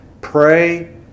Pray